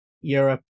Europe